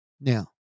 Now